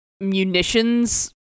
munitions